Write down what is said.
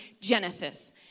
Genesis